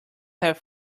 have